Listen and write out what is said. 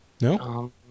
No